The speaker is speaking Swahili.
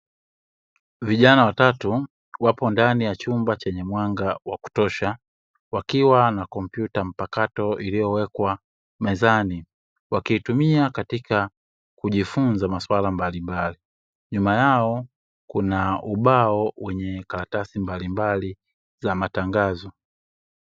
Vijana watatu wapo ndani ya chumba chenye mwanga wa kutosha, wakiwa na kompyuta mpakato iliyowekwa mezani, wakiitumia katika kujifunza masuala mbalimbali, nyuma yao kuna ubao wenye karatasi mbalimbali za matangazo.